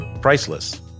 priceless